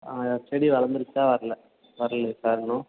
ஆ செடி வளந்திருச்சா வரல வரலையா சார் இன்னும்